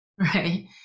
Right